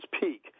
peak